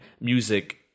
music